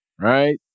right